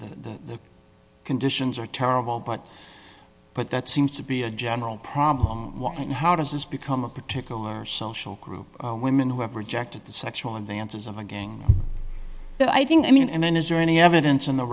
the conditions are terrible but but that seems to be a general problem and how does this become a particular group women who have rejected the sexual advances of a gang but i think i mean and then is there any evidence on the